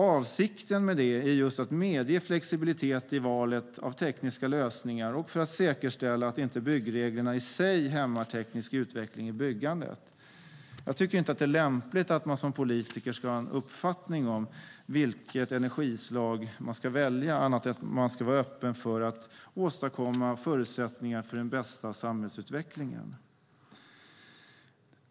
Avsikten med det är just att medge flexibilitet i valet av tekniska lösningar och att säkerställa att inte byggreglerna i sig hämmar teknisk utveckling i byggandet. Jag tycker inte att det är lämpligt att man som politiker ska ha en uppfattning om vilket energislag man ska välja annat än att man ska vara öppen för att åstadkomma förutsättningar för den bästa samhällsutvecklingen.